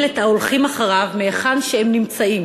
את ההולכים אחריו מהיכן שהם נמצאים